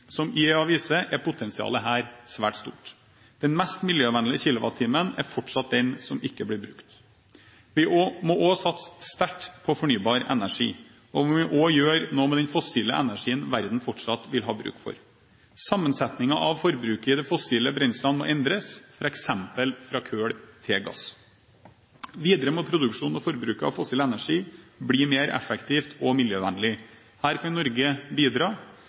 Som IEA viser til, er potensialet her svært stort. Den mest miljøvennlige kilowattimen er fortsatt den som ikke blir brukt. Vi må også satse sterkt på fornybar energi, og vi må også gjøre noe med den fossile energien verden fortsatt vil ha bruk for. Sammensetningen av forbruket i de fossile brenslene må endres, f.eks. fra kull til gass. Videre må produksjonen bli mer effektiv og miljøvennlig, likeså forbruket av fossil energi.